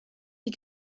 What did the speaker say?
die